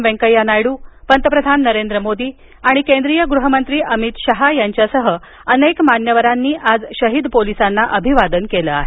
वेंकय्या नायडू पंतप्रधान नरेंद्र मोदी आणि गृह मंत्री अमित शहा यांच्यासह अनेक मान्यवरांनी आज शहीद पोलिसांना अभिवादन केलं आहे